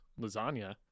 lasagna